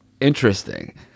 Interesting